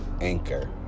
Anchor